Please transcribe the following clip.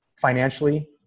financially